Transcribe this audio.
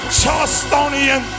Charlestonian